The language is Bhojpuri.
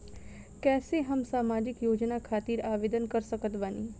कैसे हम सामाजिक योजना खातिर आवेदन कर सकत बानी?